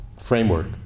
framework